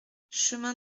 chemin